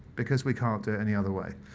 because we can't do it any other way.